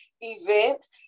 event